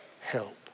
help